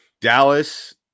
dallas